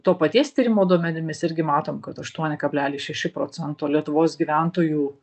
to paties tyrimo duomenimis irgi matom kad aštuoni kablelis šeši procento lietuvos gyventojų